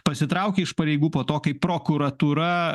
pasitraukė iš pareigų po to kai prokuratūra